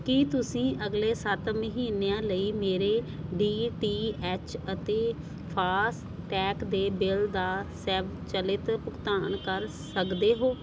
ਕੀ ਤੁਸੀਂਂ ਅਗਲੇ ਸੱਤ ਮਹੀਨਿਆਂ ਲਈ ਮੇਰੇ ਡੀ ਟੀ ਐਚ ਅਤੇ ਫਾਸਟੈਗ ਦੇ ਬਿੱਲ ਦਾ ਸਵੈਚਲਿਤ ਭੁਗਤਾਨ ਕਰ ਸਕਦੇ ਹੋ